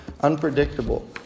unpredictable